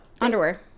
underwear